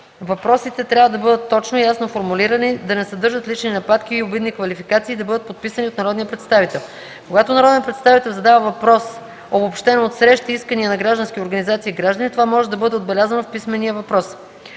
Въпросите трябва да бъдат точно и ясно формулирани, да не съдържат лични нападки и обидни квалификации и да бъдат подписани от народния представител. Когато народен представител задава въпрос, обобщен от срещи и искания на граждански организации и граждани, това може да бъде отбелязано в писмения въпрос.